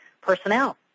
personnel